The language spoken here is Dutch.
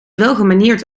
welgemanierd